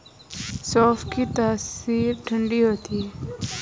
सौंफ की तासीर ठंडी होती है